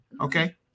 Okay